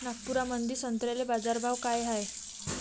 नागपुरामंदी संत्र्याले बाजारभाव काय हाय?